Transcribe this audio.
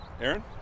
Aaron